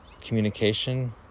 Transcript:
communication